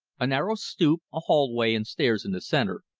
a narrow stoop, a hall-way and stairs in the center,